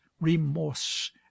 remorse